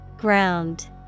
ground